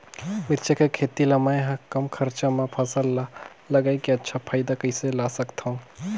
मिरचा के खेती ला मै ह कम खरचा मा फसल ला लगई के अच्छा फायदा कइसे ला सकथव?